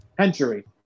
century